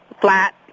flat